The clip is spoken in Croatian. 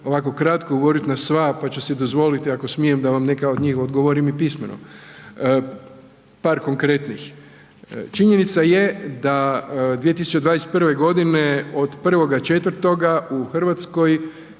ovako kratko govorit na sva, pa ću si dozvolit ako smijem da vam neka od njih odgovorim i pismeno. Par konkretnih. Činjenica je da 2021.g. od 1.4. u RH